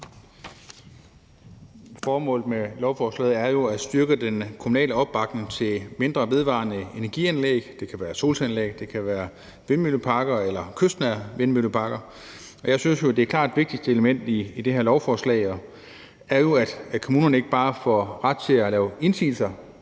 Formålet med lovforslaget er jo at styrke den kommunale opbakning til mindre vedvarende energi-anlæg. Det kan være solcelleanlæg, eller det kan være vindmølleparker eller kystnære vindmølleparker. Og jeg synes jo, at det klart vigtigste element i det her lovforslag er, at kommunerne ikke bare får ret til at lave indsigelser